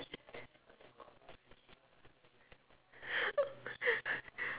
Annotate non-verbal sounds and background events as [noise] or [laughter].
[laughs]